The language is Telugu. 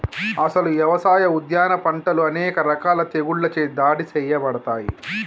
అసలు యవసాయ, ఉద్యాన పంటలు అనేక రకాల తెగుళ్ళచే దాడి సేయబడతాయి